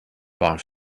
bar